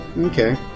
okay